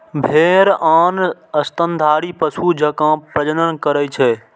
भेड़ आन स्तनधारी पशु जकां प्रजनन करै छै